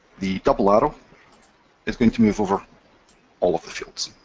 the double arrow is going to move over all of the fields.